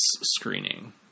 screening